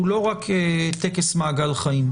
הוא לא רק טקס מעגל חיים.